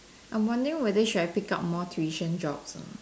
I'm wondering whether should I pick up more tuition jobs or not